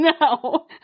No